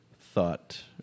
thought